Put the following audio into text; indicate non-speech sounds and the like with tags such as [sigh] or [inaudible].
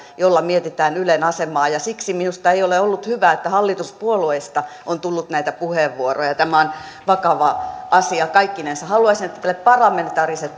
jossa mietitään ylen asemaa ja siksi minusta ei ole ollut hyvä että hallituspuolueista on tullut näitä puheenvuoroja tämä on vakava asia kaikkinensa haluaisin että tälle parlamentaariselle [unintelligible]